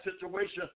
situation